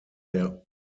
der